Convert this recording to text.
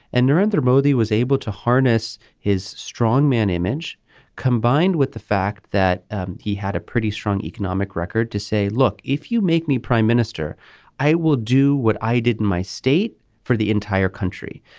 and narendra modi was able to harness his strong man image combined with the fact that he had a pretty strong economic record to say look if you make me prime minister i will do what i did in my state for the entire country.